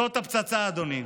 זאת הפצצה, אדוני.